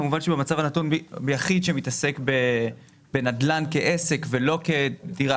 כמובן שבמצב הנתון ביחיד שמתעסק בנדל"ן כעסק ולא כדירה